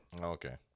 Okay